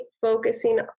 focusing